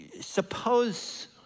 suppose